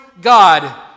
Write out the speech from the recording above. God